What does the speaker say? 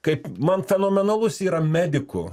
kaip man fenomenalus yra medikų